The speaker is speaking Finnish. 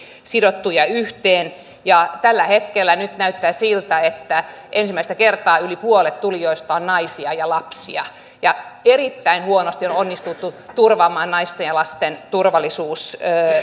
sidottuja yhteen ja tällä hetkellä näyttää siltä että ensimmäistä kertaa yli puolet tulijoista on naisia ja lapsia erittäin huonosti on on onnistuttu turvaamaan naisten ja lasten turvallisuus